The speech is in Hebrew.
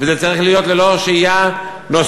וזה צריך להיות ללא שהייה נוספת.